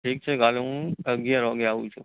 ઠીક છે કાલે હું આગિયાર વાગે આવું છું